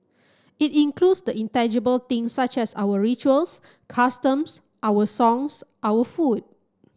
it includes the intangible thing such as our rituals customs our songs our food